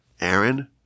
Aaron